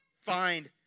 find